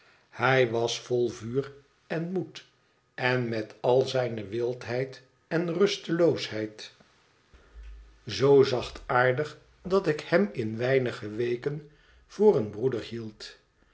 hij was vol vuur en moed en met al zijne wildheid en rusteloosheid zoo zachtmijnheer boytrorn aardig dat ik hem in weinige weken voor een broeder hield